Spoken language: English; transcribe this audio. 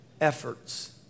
efforts